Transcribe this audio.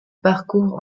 parcourt